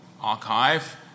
archive